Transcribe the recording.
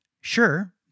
Sure